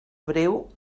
breu